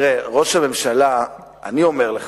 אני אומר לך,